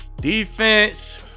Defense